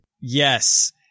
Yes